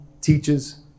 teaches